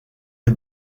est